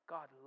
God